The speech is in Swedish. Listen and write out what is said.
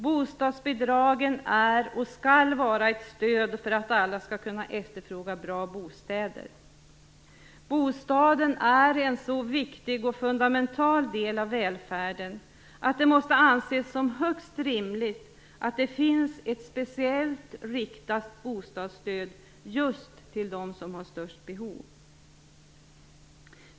Bostadsbidragen är och skall vara ett stöd för att alla skall kunna efterfråga bra bostäder. Bostaden är en så viktig och fundamental del av välfärden att det måste anses som högst rimligt att det finns ett speciellt, riktat bostadsstöd just till dem som har störst behov.